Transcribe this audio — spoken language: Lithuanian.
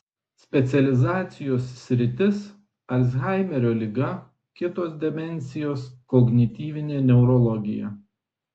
specializacijos sritis alzhaimerio liga kitos demencijos kognityvinė neurologija